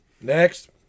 Next